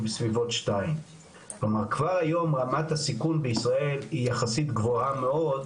בסביבות 2. כלומר כבר היום רמת הסיכון בישראל היא יחסית גבוהה מאוד,